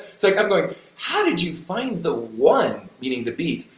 like going how did you find the one meaning the beat?